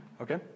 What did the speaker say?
Okay